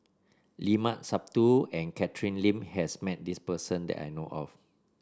Limat Sabtu and Catherine Lim has met this person that I know of